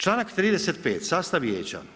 Članak 35. sastav vijeća.